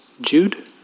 Jude